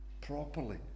properly